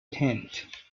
tent